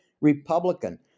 Republican